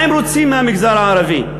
מה הם רוצים מהמגזר הערבי,